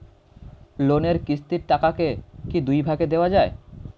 লোনের কিস্তির টাকাকে কি দুই ভাগে দেওয়া যায়?